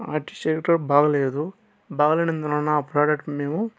ఆ T shirt కూడా బాగాలేదు బాగాలేనందువలన ఆ ప్రొడక్ట్కు మేము